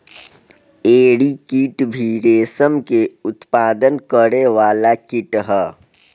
एरी कीट भी रेशम के उत्पादन करे वाला कीट ह